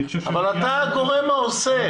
אבל אתה הגורם העושה.